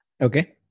Okay